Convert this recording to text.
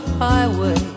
highway